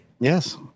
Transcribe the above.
Yes